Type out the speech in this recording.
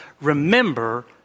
remember